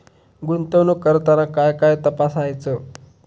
गुंतवणूक करताना काय काय तपासायच?